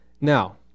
Now